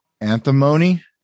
antimony